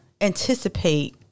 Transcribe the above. anticipate